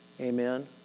Amen